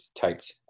typed